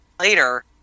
later